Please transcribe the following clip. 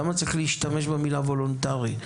למה צריך להשתמש במילה: "וולונטרי"?